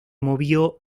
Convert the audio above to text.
movió